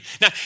Now